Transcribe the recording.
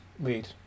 lead